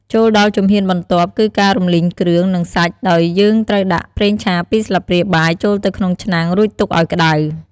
ចូលដល់ជំហានបន្ទាប់ គឺការរំលីងគ្រឿង និងសាច់ ដោយយើងត្រូវដាក់ ប្រេងឆា ២ ស្លាបព្រាបាយចូលទៅក្នុងឆ្នាំង រួចទុកឱ្យក្ដៅ។